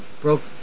broke